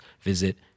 visit